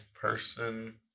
person